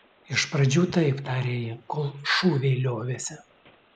iš pradžių taip tarė ji kol šūviai liovėsi